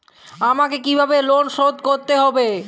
আমাকে কিভাবে লোন শোধ করতে হবে?